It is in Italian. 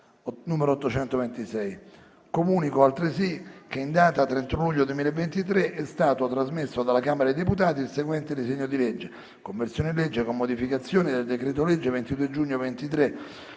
finestra"). Comunico altresì che in data 31 luglio 2023 è stato trasmesso dalla Camera dei deputati il seguente disegno di legge: